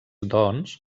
doncs